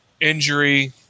injury